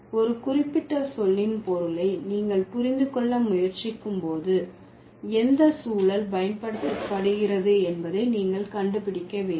ஒரு குறிப்பிட்ட சொல்லின் பொருளை நீங்கள் புரிந்து கொள்ள முயற்சிக்கும் போது எந்த சூழல் பயன்படுத்தப்படுகிறது என்பதை நீங்கள் கண்டுபிடிக்க வேண்டும்